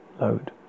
load